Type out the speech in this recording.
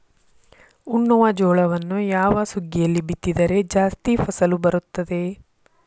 ಉಣ್ಣುವ ಜೋಳವನ್ನು ಯಾವ ಸುಗ್ಗಿಯಲ್ಲಿ ಬಿತ್ತಿದರೆ ಜಾಸ್ತಿ ಫಸಲು ಬರುತ್ತದೆ?